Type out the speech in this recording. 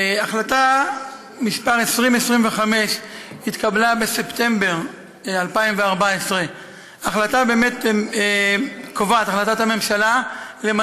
החלטה מס' 2025 התקבלה בספטמבר 2014. החלטת הממשלה באמת